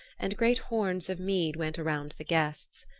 and great horns of mead went around the guests.